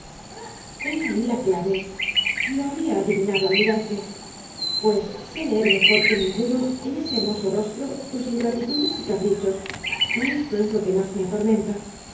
ahí la clave lo había adivinado al mirarte pues sé leer mejor que ninguno en ese hermoso rostro tus ingratitudes y caprichos y esto es lo que más me atormenta